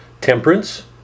temperance